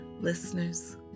Listeners